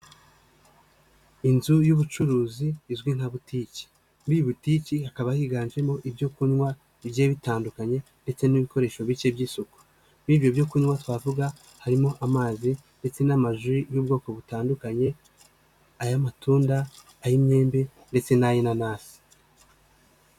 Inzu y'ubucuruzi izwi nka butiki, muri iyi butiki hakaba higanjemo ibyo kunywa bigiye bitandukanye ndetse n'ibikoresho bike by'isuku, muri ibyo byo kunywa twavuga harimo amazi ndetse n'amaji y'ubwoko butandukanye, ay'amatunda, ay'imyembe ndetse n'ayinanasi.